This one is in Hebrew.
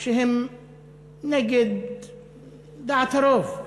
שהן נגד דעת הרוב?